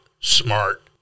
smart